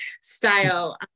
style